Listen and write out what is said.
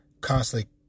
constantly